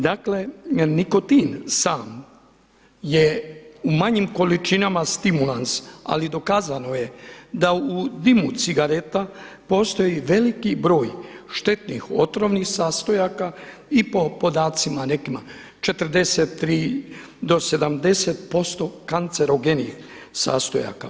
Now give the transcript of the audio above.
Dakle, nikotin sam je u manjim količinama stimulans, ali dokazano je da u dimu cigareta postoji veliki broj štetnih, otrovnih sastojaka i po podacima nekima 43 do 70% kancerogenih sastojaka.